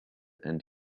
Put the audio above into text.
and